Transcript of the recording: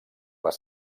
les